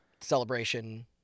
celebration